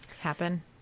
happen